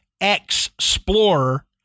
Explorer